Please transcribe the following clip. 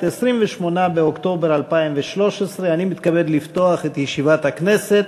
28 באוקטובר 2013. אני מתכבד לפתוח את ישיבת הכנסת.